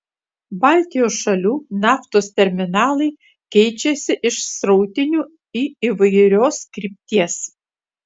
baltijos šalių naftos terminalai keičiasi iš srautinių į įvairios krypties